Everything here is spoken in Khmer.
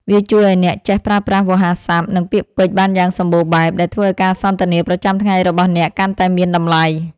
វាជួយឱ្យអ្នកចេះប្រើប្រាស់វោហារស័ព្ទ និងពាក្យពេចន៍បានយ៉ាងសម្បូរបែប ដែលធ្វើឱ្យការសន្ទនាប្រចាំថ្ងៃរបស់អ្នកកាន់តែមានតម្លៃ។